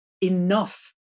enough